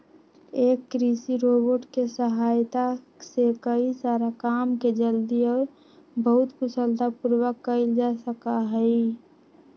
एक कृषि रोबोट के सहायता से कई सारा काम के जल्दी और बहुत कुशलता पूर्वक कइल जा सका हई